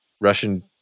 Russian